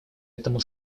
этому